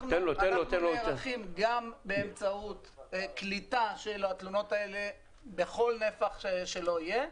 אנחנו נערכים גם באמצעות קליטה של התלונות האלה בכל נפח שלא יהיה,